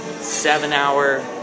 seven-hour